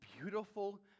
beautiful